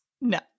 No